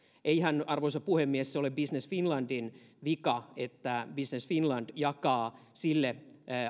eihän arvoisa puhemies se ole business finlandin vika että business finland jakaa sille